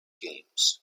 games